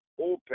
open